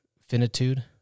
finitude